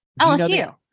LSU